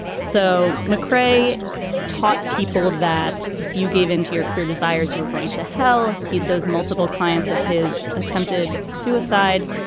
so mccray taught people that if you gave into your queer desires you were going to hell. he says multiple clients of his attempted suicide.